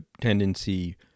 tendency